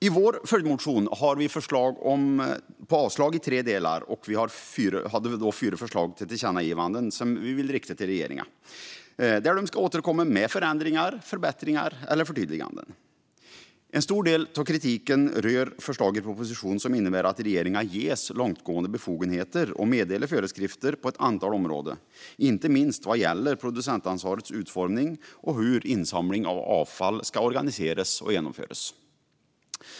I vår följdmotion har vi förslag på avslag i tre delar, och vi har fyra förslag till tillkännagivanden som vi vill rikta till regeringen om att återkomma med förändringar, förbättringar eller förtydliganden. En stor del av kritiken rör förslag i propositionen som innebär att regeringen ges långtgående befogenheter att meddela föreskrifter på ett antal områden, inte minst vad gäller producentansvarets utformning och hur insamling av avfall ska organiseras och genomföras.